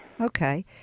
Okay